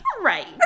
right